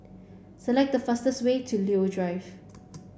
select the fastest way to Leo Drive